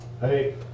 Hey